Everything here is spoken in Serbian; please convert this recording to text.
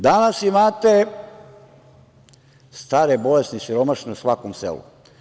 Danas imate stare, bolesne i siromašne u svakom selu.